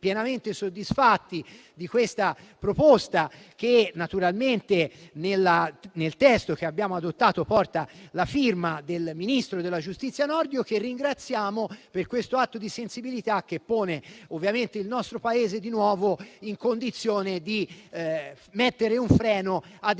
pienamente soddisfatti di questa proposta che, nel testo che abbiamo adottato, porta la firma del ministro della giustizia Nordio, che ringraziamo per questo atto di sensibilità che mette nuovamente il nostro Paese nelle condizioni di porre un freno a